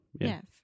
yes